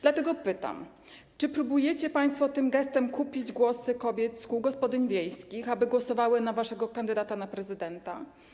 Dlatego pytam: Czy próbujecie państwo tym gestem kupić głosy kobiet z kół gospodyń wiejskich, aby głosowały na waszego kandydata na prezydenta?